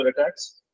attacks